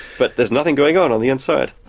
but there's nothing going on on the inside.